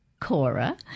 Cora